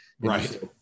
Right